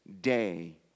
day